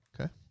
Okay